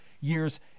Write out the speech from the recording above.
years